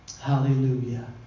Hallelujah